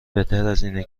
بهترازاینه